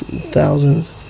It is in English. Thousands